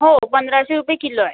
हो पंधराशे रुपये किलो आहे